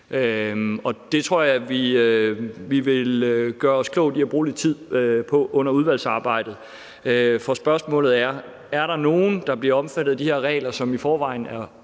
Det tror jeg vi ville gøre klogt i at bruge lidt tid på under udvalgsarbejdet, for spørgsmålet er, om der er nogle, der bliver omfattet af de regler, som i forvejen er